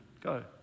Go